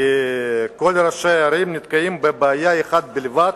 כי כל ראשי הערים נתקלים בבעיה אחת בלבד,